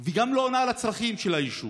היא גם לא עונה על הצרכים של היישוב